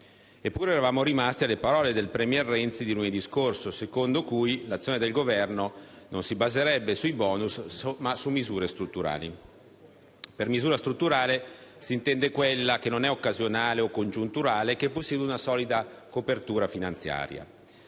Eppure eravamo rimasti alle parole del *premier* Renzi di lunedì scorso, secondo cui l'azione del suo Governo non si baserebbe sui *bonus*, ma su misure strutturali. Per misura strutturale si intende quella che non è occasionale o congiunturale e che possiede una solida copertura finanziaria.